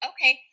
Okay